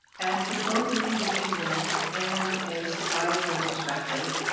and from both an individual and a societal perspective,